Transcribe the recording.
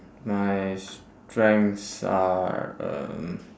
my strengths are um